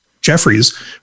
Jeffries